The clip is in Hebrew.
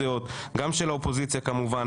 ח"כ אופיר כץ,